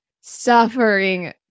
suffering